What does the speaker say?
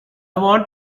want